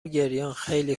گریانخیلی